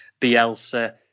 Bielsa